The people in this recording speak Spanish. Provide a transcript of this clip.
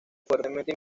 fuertemente